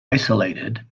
isolated